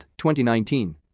2019